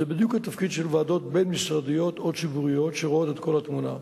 זה בדיוק התפקיד של ועדות בין-משרדיות או ציבוריות שרואות את כל התמונה.